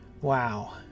Wow